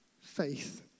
faith